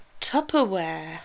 tupperware